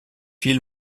viel